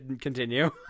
continue